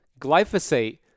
Glyphosate